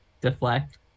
deflect